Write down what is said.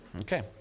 Okay